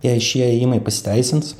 jei šie ėjimai pasiteisins